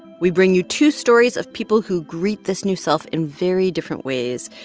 we bring you two stories of people who greet this new self in very different ways.